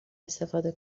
استفاده